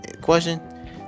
Question